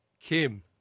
Kim